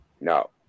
no